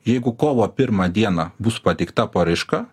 jeigu kovo pirmą dieną bus pateikta paraiška